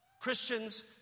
Christians